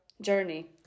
journey